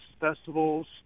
festivals